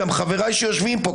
גם חבריי שיושבים פה,